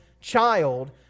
child